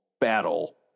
battle